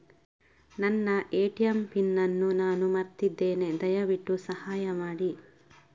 ನನ್ನ ATM PIN ಅನ್ನು ನಾನು ಮರ್ತಿದ್ಧೇನೆ, ದಯವಿಟ್ಟು ಸಹಾಯ ಮಾಡಿ